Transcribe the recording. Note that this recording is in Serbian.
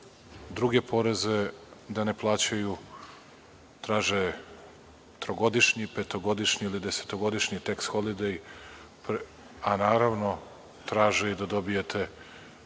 druge poreze da ne plaćaju. Traže trogodišnji, petogodišnji ili desetogodišnji „teks holidej“, a naravno traže i da dobijete